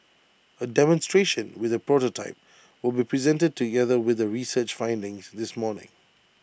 A demonstration with A prototype will be presented together with the research findings this morning